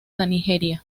nigeria